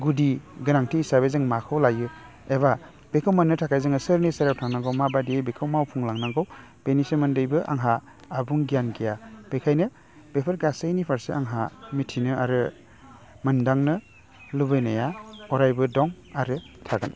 गुदि गोनांथि हिसाबै जों माखौ लायो एबा बेखौ मोन्नो थाखाय जोङो सोरनि इसारायाव माबायदि बिखौ मावफुंलांनांगौ बेनि सोमोन्दैबो आंहा आबुं गियान गैया बेखायनो बेफोर गासैनि फारसे आंहा मिथिनो आरो मोनदांनो लुबैनाया अरायबो दं आरो थागोन